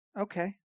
okay